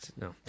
no